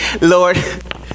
Lord